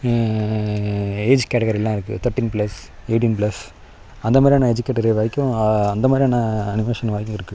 age கேட்டகிரிலாம் இருக்குது thirteen plus eighteen plus அந்த மாதிரியான ஏஜ் கேட்டகிரி வரைக்கும் அந்த மாதிரியான அனிமேஷன் வரைக்கும் இருக்குது